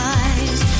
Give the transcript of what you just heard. eyes